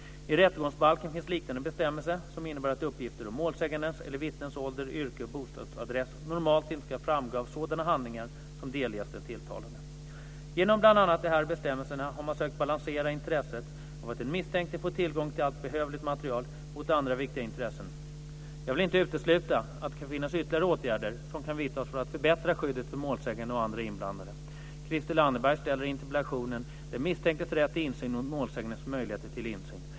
I rättegångsbalken finns liknande bestämmelser som innebär att uppgifter om målsägandens eller vittnens ålder, yrke och bostadsadress normalt inte ska framgå av sådana handlingar som delges den tilltalade. Genom bl.a. de här bestämmelserna har man sökt balansera intresset av att den misstänkte får tillgång till allt behövligt material mot andra viktiga intressen. Jag vill inte utesluta att det kan finnas ytterligare åtgärder som kan vidtas för att förbättra skyddet för målsägande och andra inblandade. Christel Anderberg ställer i interpellationen den misstänktes rätt till insyn mot målsägandens möjligheter till insyn.